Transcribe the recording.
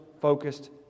focused